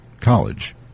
College